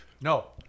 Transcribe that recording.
no